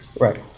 Right